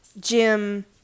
Jim